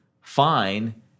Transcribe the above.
fine